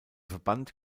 verband